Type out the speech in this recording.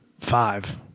five